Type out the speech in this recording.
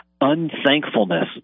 unthankfulness